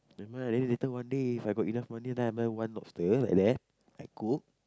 never mind lah later then one day If I got enough money then I buy one lobster like that I cook